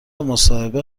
مصاحبه